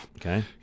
Okay